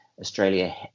Australia